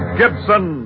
gibson